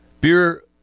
beer